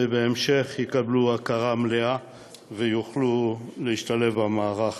ובהמשך יקבלו הכרה מלאה ויוכלו להשתלב במערך